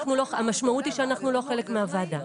המשמעות היא שאנחנו לא חלק מהוועדה.